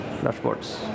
dashboards